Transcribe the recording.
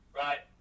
right